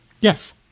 Yes